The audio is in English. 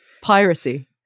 piracy